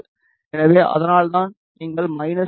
எனவே அதனால்தான் நீங்கள் மைனஸ் 4